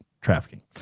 trafficking